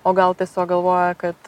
o gal tiesiog galvoja kad